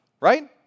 right